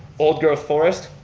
old growth forest,